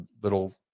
little